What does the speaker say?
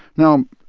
now,